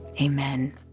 Amen